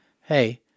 hey